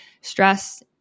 stress